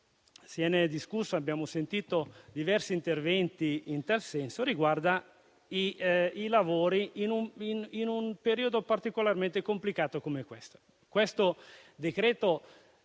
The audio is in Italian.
abbiamo sentito diversi interventi in tal senso, riguarda i lavori in un periodo particolarmente complicato come questo.